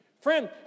Friend